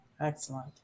Excellent